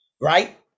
Right